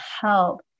help